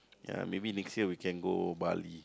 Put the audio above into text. ya maybe next year we can go Bali